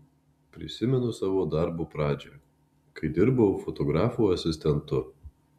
prisimenu savo darbo pradžią kai dirbau fotografų asistentu